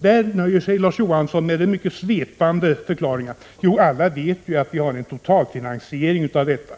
Där nöjer sig Larz Johansson med mycket svepande förklaringar: Alla vet ju att centern har en totalfinansering av detta.